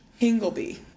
Hingleby